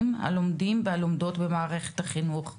הלומדים והלומדות במערכת החינוך הישראלית.